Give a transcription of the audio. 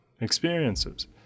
experiences